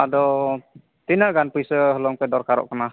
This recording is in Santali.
ᱟᱫᱚ ᱛᱤᱱᱟᱹᱜ ᱜᱟᱱ ᱯᱩᱭᱥᱟᱹ ᱦᱩᱞᱟᱹᱝ ᱯᱮ ᱫᱚᱨᱠᱟᱨᱚ ᱠᱟᱱᱟ